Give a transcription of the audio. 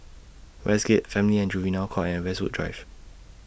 Westgate Family and Juvenile Court and Westwood Drive